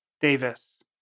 Davis